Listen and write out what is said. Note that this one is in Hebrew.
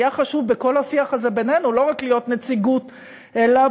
היה חשוב בכל השיח הזה בינינו לא רק להיות נציגות אלא